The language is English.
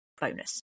bonus